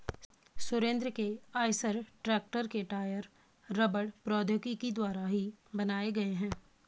सुरेंद्र के Eicher tractor के tyre रबड़ प्रौद्योगिकी द्वारा ही बनाए गए हैं